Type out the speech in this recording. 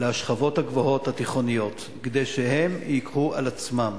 לשכבות הגבוהות, התיכוניות, כדי שהם ייקחו על עצמם